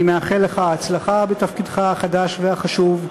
אני מאחל לך הצלחה בתפקידך החדש והחשוב.